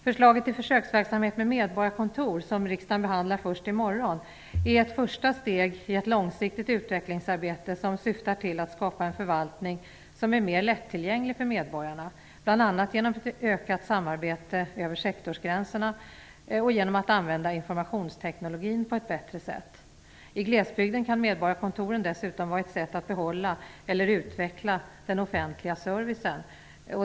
Förslaget till försöksverksamhet med medborgarkontor, som riksdagen behandlar först i morgon, är ett första steg i ett långsiktigt utvecklingsarbete som syftar till att skapa en förvaltning som är mer lättillgänglig för medborgarna bl.a. genom ökat samarbete över sektorsgränserna och genom att man använder informationsteknologin på ett bättre sätt. I glesbygden kan medborgarkontoren dessutom vara ett sätt att behålla eller utveckla den offentliga servicen.